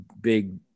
big